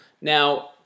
Now